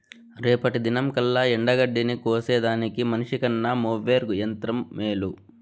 రేపటి దినంకల్లా ఎండగడ్డిని కోసేదానికి మనిసికన్న మోవెర్ యంత్రం మేలు